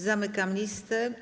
Zamykam listę.